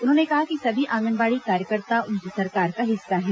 उन्होंने कहा कि सभी आंगनबाड़ी कार्यकर्ता उनकी सरकार का हिस्सा है